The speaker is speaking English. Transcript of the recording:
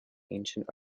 ancient